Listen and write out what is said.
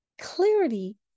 Clarity